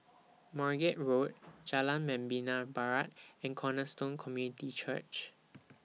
Margate Road Jalan Membina Barat and Cornerstone Community Church